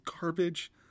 garbage